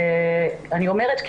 אני אומרת ככלל,